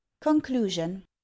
Conclusion